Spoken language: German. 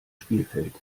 spielfeld